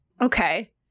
Okay